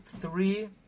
three